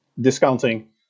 discounting